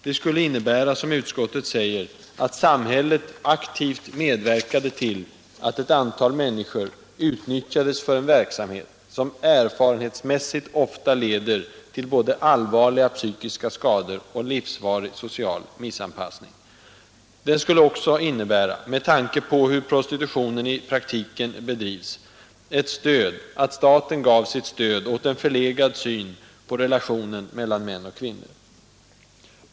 Den skulle innebära, som utskottet säger, att samhället aktivt medverkade till att ett antal människor utnyttjades för en verksamhet, som erfarenhetsmässigt ofta leder både till allvarliga psykiska skador och till livsvarlig social missanpassning. Den skulle också — med tanke på hur prostitutionen i praktiken bedrivs — innebära ett stöd från staten åt en förlegad syn på relationen mellan män och kvinnor.